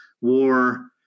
war